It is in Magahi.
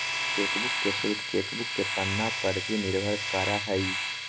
चेकबुक के शुल्क चेकबुक के पन्ना पर भी निर्भर करा हइ